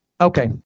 Okay